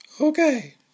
Okay